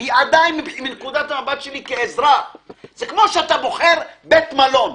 עדיין מנקודת המבט שלי כצרכן זה כמו שאתה בוחר בית מלון.